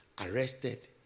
arrested